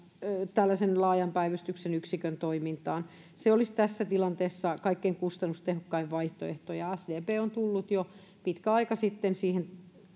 laajan päivystyksen yksikön toimintaan se olisi tässä tilanteessa kaikkein kustannustehokkain vaihtoehto ja sdp on tullut jo pitkän aikaa sitten siihen